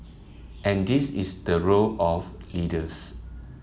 and this is the role of leaders